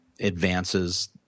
advances